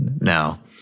now